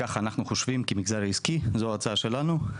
כך אנחנו חושבים כמגזר העסקי, זו ההצעה שלנו,